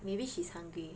maybe she's hungry